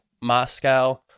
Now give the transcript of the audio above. Moscow